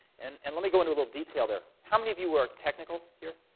and and let me go into a little detail there. how many of you are technical here?